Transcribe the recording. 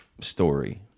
story